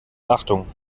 achtung